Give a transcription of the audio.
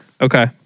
Okay